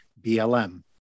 BLM